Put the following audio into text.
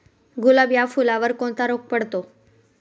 गुलाब या फुलावर कोणता रोग पडतो?